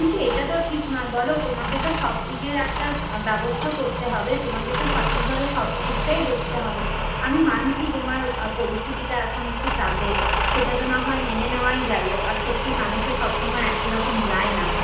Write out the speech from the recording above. কিন্তু এটা তো ঠিক নয় বলো তোমাকে তো সবদিকে একটা ব্যবস্থা করতে হবে তোমাকে তো সঠিকভাবে সব দিকটাই দেখতে হবে আমি মানছি তোমার পরিস্থিতিটা এখন একটু চাপের সেটা তো না হয় মেনে নেওয়াই গেল আর সত্যি মানুষের সব সময় একই রকম যায় না